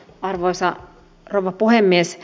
arvoisa rouva puhemies